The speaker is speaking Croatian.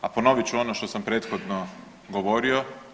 A ponovit ću ono što sam prethodno govorio.